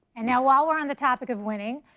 and now on the topic of winning,